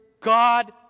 God